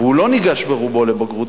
והוא לא ניגש ברובו לבגרות,